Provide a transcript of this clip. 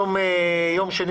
היום יום שני,